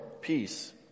peace